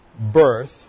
birth